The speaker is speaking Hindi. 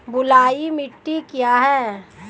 बलुई मिट्टी क्या है?